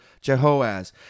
Jehoaz